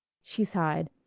she sighed,